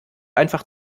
einfach